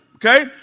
Okay